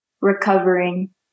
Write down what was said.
recovering